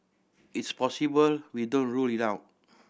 it's possible we don't rule it out